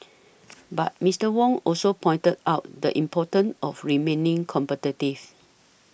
but Mister Wong also pointed out the importance of remaining competitive